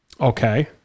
Okay